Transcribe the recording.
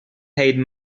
eyed